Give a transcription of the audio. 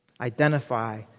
identify